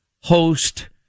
host